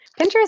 pinterest